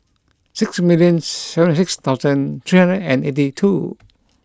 six million seventy six thousand three hundred and eighty two